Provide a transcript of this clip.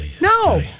no